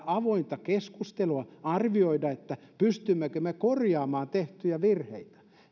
avointa keskustelua ja arvioida pystymmekö me korjaamaan tehtyjä virheitä